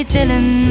Dylan